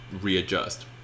readjust